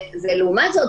לעומת זאת,